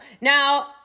Now